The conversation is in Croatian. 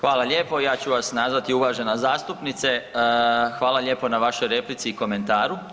Hvala lijepo, ja ću vas nazvati uvažena zastupnice, hvala lijepo na vašoj replici i komentaru.